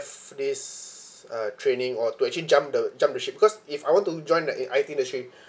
for this uh training or to actually jump the jump the ship because if I want to join the uh I_T industry